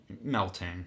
melting